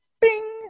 Bing